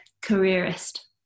careerist